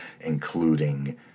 including